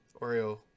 Oreo